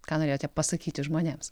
ką norėjote pasakyti žmonėms